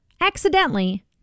accidentally